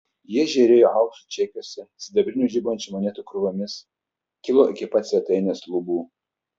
jie žėrėjo auksu čekiuose sidabrinių žibančių monetų krūvomis kilo iki pat svetainės lubų